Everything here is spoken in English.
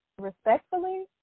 respectfully